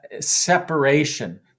separation